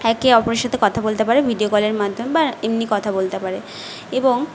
একে অপরের সাথে কথা বলতে পারে ভিডিও কলের মাধ্যমে বা এমনি কথা বলতে পারে এবং